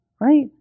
right